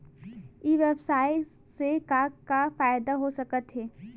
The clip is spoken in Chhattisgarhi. ई व्यवसाय से का का फ़ायदा हो सकत हे?